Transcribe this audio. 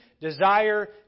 desire